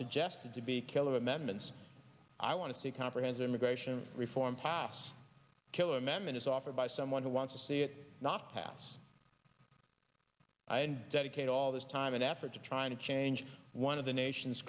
suggested to be killer amendments i want to see comprehensive immigration reform pass killer amendments offered by someone who wants to see it not pass and dedicate all this time and effort to trying to change one of the nation